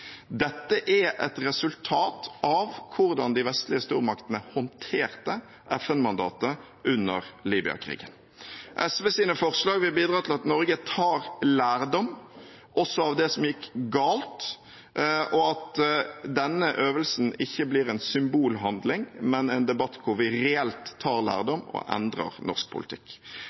Dette er et resultat av hvordan de vestlige stormaktene håndterte FN-mandatet under Libya-krigen. SVs forslag vil bidra til at Norge tar lærdom også av det som gikk galt, og at denne øvelsen ikke blir en symbolhandling, men en debatt hvor vi reelt tar lærdom og endrer norsk politikk.